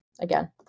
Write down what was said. again